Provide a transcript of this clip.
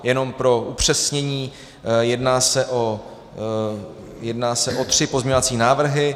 Jenom pro upřesnění, jedná se o tři pozměňovací návrhy.